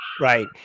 Right